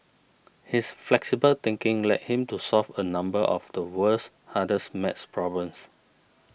his flexible thinking led him to solve a number of the world's hardest math problems